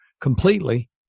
completely